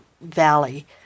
valley